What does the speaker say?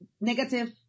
negative